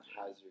Hazard